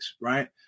right